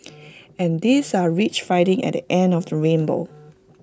and these are rich findings at the end of the rainbow